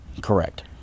Correct